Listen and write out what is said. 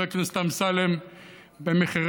חבר